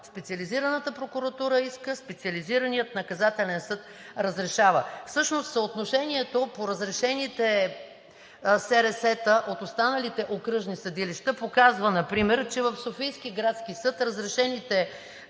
Специализираната прокуратура иска, Специализираният наказателен съд разрешава. Всъщност съотношението по разрешените СРС-та от останалите окръжни съдилища показва например, че в Софийски градски съд разрешените